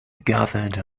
gathered